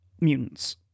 mutants